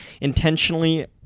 intentionally